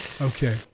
Okay